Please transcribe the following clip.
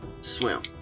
swim